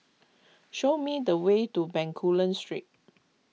show me the way to Bencoolen Street